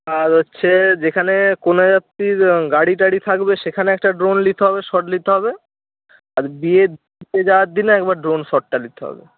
আর হচ্ছে যেখানে কনে যাত্রীর গাড়ি টাড়ি থাকবে সেখানে একটা ড্রোন লিতে হবে শট নিতে হবে আর বিয়েতে যাওয়ার দিনে একবার ড্রোন শটটা লিতে হবে